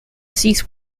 cease